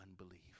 unbelief